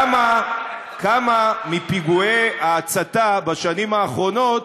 כמה מפיגועי ההצתה בשנים האחרונות,